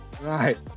right